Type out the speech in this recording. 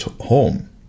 home